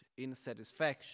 insatisfaction